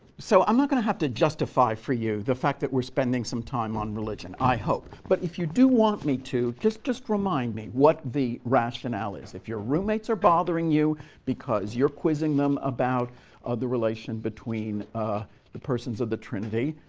so i'm not going to have to justify for you the fact that we're spending some time on religion, i hope. but if you do want me to, just just remind me what the rationale is. if your roommates are bothering you because you're quizzing them about the relation between ah the persons of the trinity,